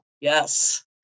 Yes